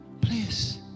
Please